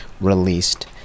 released